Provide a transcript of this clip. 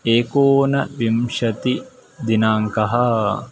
एकोनविंशतिदिनाङ्कः